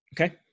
Okay